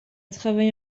travaillé